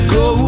go